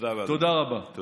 תודה רבה, אדוני.